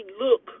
look